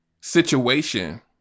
Situation